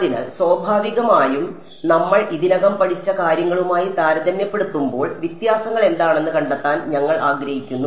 അതിനാൽ സ്വാഭാവികമായും നമ്മൾ ഇതിനകം പഠിച്ച കാര്യങ്ങളുമായി താരതമ്യപ്പെടുത്തുമ്പോൾ വ്യത്യാസങ്ങൾ എന്താണെന്ന് കണ്ടെത്താൻ ഞങ്ങൾ ആഗ്രഹിക്കുന്നു